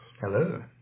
Hello